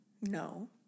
No